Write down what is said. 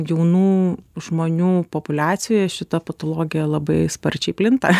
jaunų žmonių populiacijoje šita patologija labai sparčiai plinta